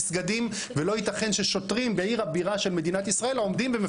לא ייתכן ששוטרים בעיר הבירה של מדינת ישראל עומדים,